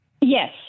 Yes